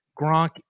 Gronk